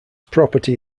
property